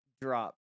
drop